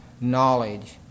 knowledge